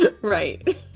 right